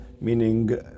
Meaning